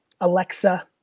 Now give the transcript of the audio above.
Alexa